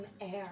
air